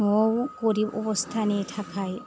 न'आवबो गरिब अबस्थानि थाखाय